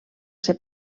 ser